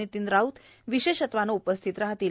नितीन राऊत विशष्ठत्वान उपस्थित राहतील